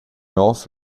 nov